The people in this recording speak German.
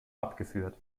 abgeführt